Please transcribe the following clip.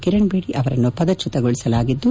ಕಿರಣ್ ಬೇಡಿ ಅವರನ್ನು ಪದಚ್ಚುತಗೊಳಿಸಲಾಗಿದ್ದು